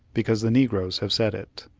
because the negroes have said it